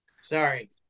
Sorry